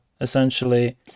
essentially